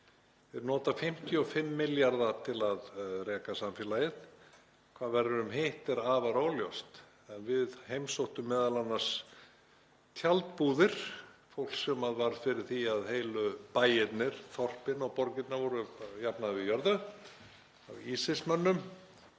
Þeir nota 55 milljarða til að reka samfélagið. Hvað verður um hitt er afar óljóst. Við heimsóttum meðal annars tjaldbúðir fólks sem varð fyrir því að heilu bæirnir, þorpin og borgirnar voru jafnaðar við jörðu af ISIS-mönnum